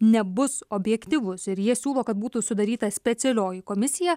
nebus objektyvus ir jie siūlo kad būtų sudaryta specialioji komisija